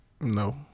No